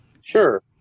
Sure